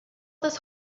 this